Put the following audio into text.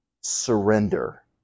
surrender